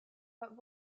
but